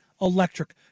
electric